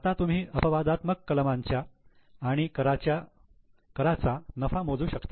आता तुम्ही अपवादात्मक कलमांच्या आणि कराच्या नफा मोजू शकता